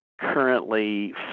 currently